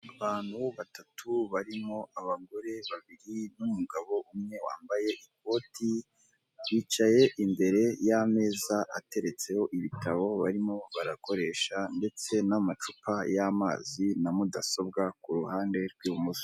Abantu batatu barimo abagore babiri n'umugabo umwe wambaye ikoti, bicaye imbere y'ameza ateretseho ibitabo barimo barakoresha, ndetse n'amacupa y'amazi na mudasobwa ku ruhande rw'ibumoso.